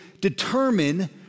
determine